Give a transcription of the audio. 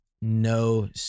no